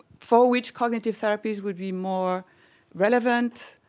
for which cognitive therapies would be more relevant,